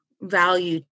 value